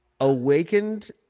awakened